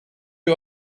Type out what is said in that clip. you